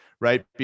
right